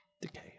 Decay